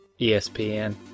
ESPN